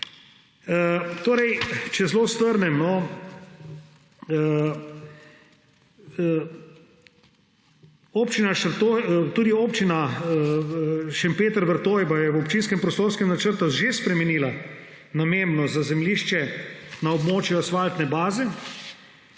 Torej če zelo strnem, tudi občina Šempeter-Vrtojba je v občinskem prostorskem načrtu že spremenila namembnost za zemljišče na območju asfaltne baze.